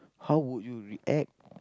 how would you react